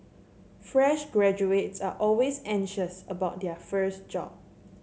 fresh graduates are always anxious about their first job